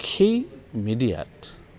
সেই মিডিয়াত